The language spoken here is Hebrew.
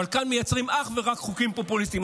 אבל כאן מייצרים אך ורק חוקים פופוליסטיים.